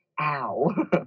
ow